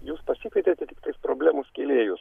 jūs pasikvietėt tai tiktais problemų sukėlėjus